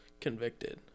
convicted